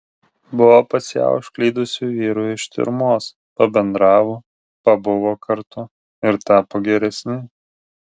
buvo pas ją užklydusių vyrų iš tiurmos pabendravo pabuvo kartu ir tapo geresni